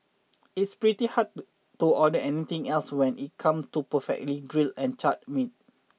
it's pretty hard to order anything else when it come to perfectly grilled and charred meats